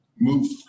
move